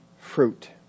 fruit